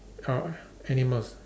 uh uh animals